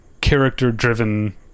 character-driven